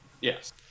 Yes